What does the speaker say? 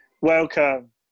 Welcome